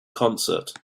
concert